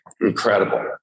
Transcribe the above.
incredible